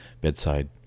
bedside